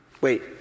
Wait